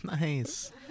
nice